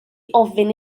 ofyn